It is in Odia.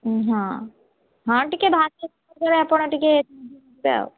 ହଁ ହଁ ଟିକେ ଭାରି ଆପଣ ଟିକେ ସାହାଯ୍ୟ କରିଦେବେ ଆଉ